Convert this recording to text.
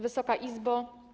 Wysoka Izbo!